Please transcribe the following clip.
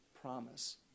promise